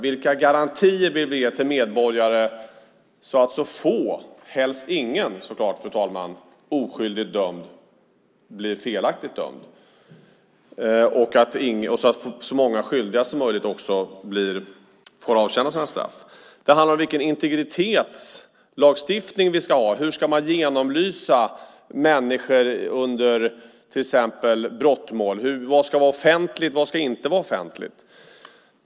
Vilka garantier vill vi ge till medborgare så att så få som möjligt - helst ingen, så klart, fru talman - blir felaktigt dömda och så många skyldiga som möjligt får avtjäna sina straff? Det handlar om vilken integritetslagstiftning vi ska ha. Hur ska man genomlysa människor under till exempel brottmål? Vad ska vara offentligt? Vad ska inte vara offentligt?